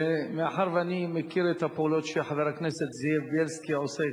מאחר שאני מכיר את הפעולות שחבר הכנסת זאב בילסקי עושה,